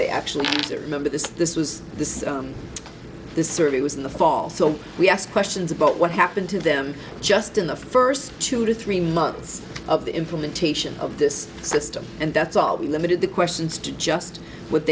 they actually remember this this was this this survey was in the fall so we asked questions about what happened to them just in the first two or three months of the implementation of this system and that's all we limited the questions to just what